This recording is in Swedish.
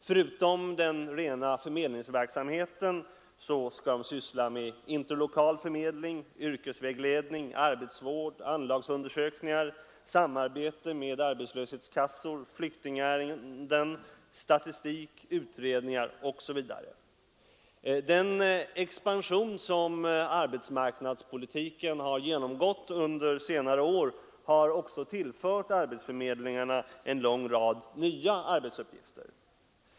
Förutom den rena förmedlingsverksamheten skall de syssla med interlokal förmedling, yrkesvägledning, arbetsvård, anlagsundersökningar, samarbete med arbetslöshetskassor, flyktingärenden, statistik, utredningar osv. Den expansion som arbetsmarknadspolitiken har genomgått under senare år har också tillfört arbetsförmedlingarna en lång rad nya arbetsuppgifter.